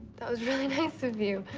that was really nice of you.